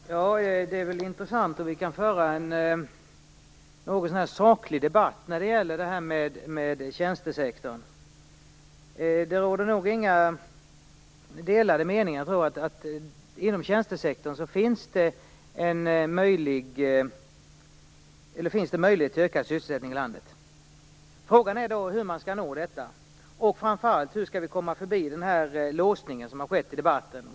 Fru talman! Det är väl intressant om vi kan föra en något så när saklig debatt om tjänstesektorn. Jag tror inte att det råder delade meningar om att det inom tjänstesektorn finns möjligheter till ökad sysselsättning i landet. Frågan är bara hur man skall nå fram till det och, framför allt, hur vi skall komma förbi den låsning som skett i debatten.